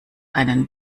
einen